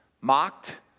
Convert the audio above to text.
mocked